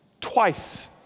Twice